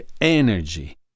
energy